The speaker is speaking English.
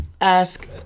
ask